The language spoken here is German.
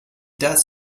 das